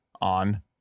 on